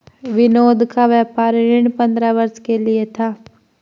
विनोद का व्यापार ऋण पंद्रह वर्ष के लिए था